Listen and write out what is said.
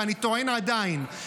ואני עדיין טוען,